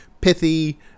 pithy